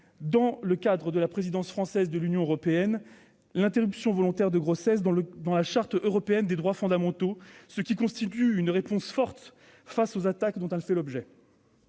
dans le cadre de la présidence française du Conseil de l'Union européenne, l'interruption volontaire de grossesse dans la Charte européenne des droits fondamentaux, ce qui constitue une réponse forte aux attaques dont elle fait l'objet.